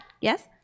Yes